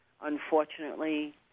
unfortunately